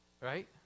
Right